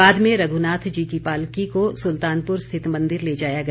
बाद में रघुनाथ जी की पालकी को सुल्तानपुर स्थित मंदिर ले जाया गया